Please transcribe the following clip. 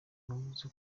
wavuze